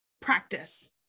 practice